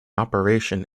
operation